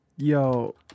Yo